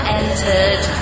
entered